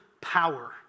power